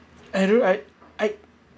I don't know I I